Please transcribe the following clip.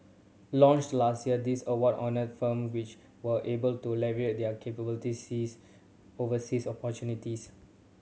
launched last year this award honour firm which were able to leverage their capabilities seize overseas opportunities